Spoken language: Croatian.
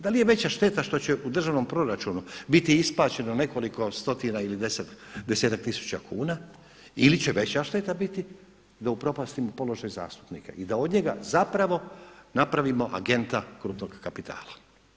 Da li je veća šteta što će u državnom proračunu biti isplaćeno nekoliko stotina ili desetak tisuća kuna ili će veća šteta biti sa upropastimo položaj zastupnika i da od njega napravimo agenta krupnog kapitala?